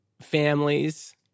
families